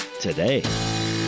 today